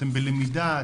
אתם בלמידה,